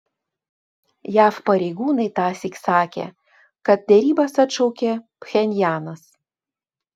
jav pareigūnai tąsyk sakė kad derybas atšaukė pchenjanas